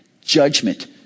judgment